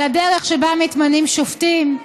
על הדרך שבה מתמנים שופטים,